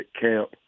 camp